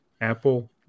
Apple